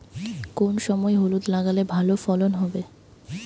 কোন সময় হলুদ লাগালে ভালো ফলন হবে?